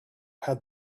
had